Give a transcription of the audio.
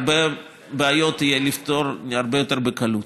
הרבה בעיות אפשר יהיה לפתור בקלות